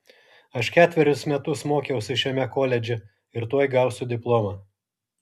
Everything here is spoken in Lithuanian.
aš ketverius metus mokiausi šiame koledže ir tuoj gausiu diplomą